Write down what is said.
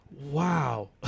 wow